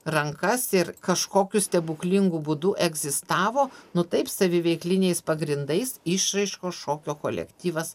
rankas ir kažkokiu stebuklingu būdu egzistavo nu taip saviveikliniais pagrindais išraiškos šokio kolektyvas